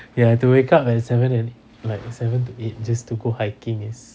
ya to wake up at seven and like seven to eight just to go hiking is